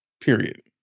period